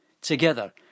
Together